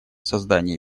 создания